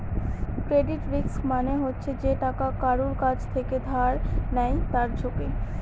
credit risk মানে হচ্ছে যে টাকা কারুর কাছ থেকে ধার নেয় তার ঝুঁকি